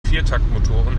viertaktmotoren